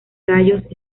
gallos